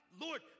Lord